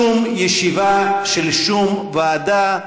אין שום ישיבה של שום ועדה.